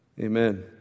Amen